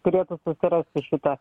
turėtų susirasti šitą